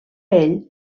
ell